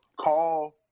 call